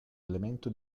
elemento